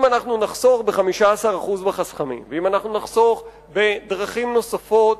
אם נחסוך 15% בחסכמים ואם נחסוך בדרכים נוספות,